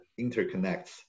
interconnects